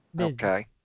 Okay